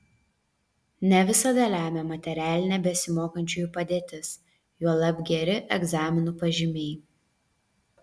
ne visada lemia materialinė besimokančiųjų padėtis juolab geri egzaminų pažymiai